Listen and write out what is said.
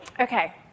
Okay